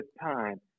time